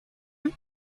have